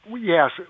Yes